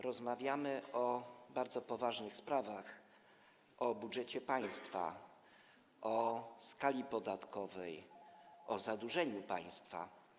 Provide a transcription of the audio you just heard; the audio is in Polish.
Rozmawiamy o bardzo poważnych sprawach: o budżecie państwa, o skali podatkowej, o zadłużeniu państwa.